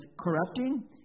corrupting